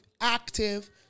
active